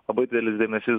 labai didelis dėmesys